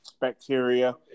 bacteria